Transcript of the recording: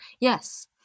Yes